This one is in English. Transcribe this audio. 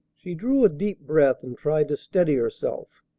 she drew a deep breath, and tried to steady herself,